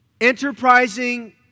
Enterprising